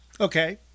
Okay